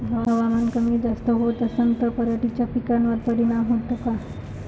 हवामान कमी जास्त होत असन त पराटीच्या पिकावर परिनाम होते का?